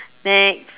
next